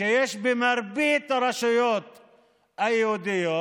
שיש במרבית הרשויות היהודיות,